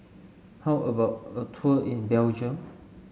how about a tour in Belgium